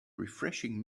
refreshing